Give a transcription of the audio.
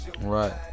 Right